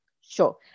sure